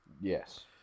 Yes